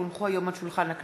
כי הונחו היום על שולחן הכנסת,